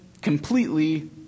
completely